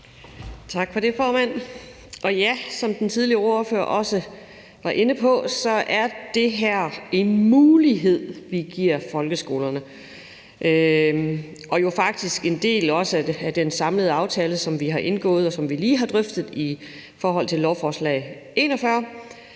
Tak for det, formand. Og ja, som den tidligere ordfører også var inde på, er det her en mulighed, vi giver folkeskolerne. Og det er jo faktisk også en del af den samlede aftale, som vi har indgået og lige har drøftet i forhold til lovforslag L 41.